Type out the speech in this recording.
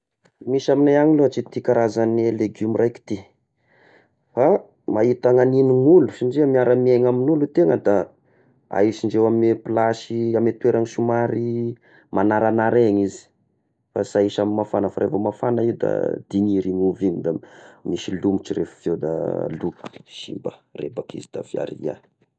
Sy de misy amignay agny loa ty karazagny legioma iraiky ity, fa mahita ny agnen'ny olo satria miara miaigna amin'olo tegna da ahisindreo amy plasy amy toera somary magnaragnara eny izy, fa sy ahisy amy mafana fa revo mafagna io da digny iry ovy igny da misy lomotra refy veo da lo simba reva akeo izy da avy eo aria.